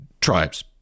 tribes